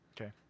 Okay